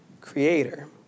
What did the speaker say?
creator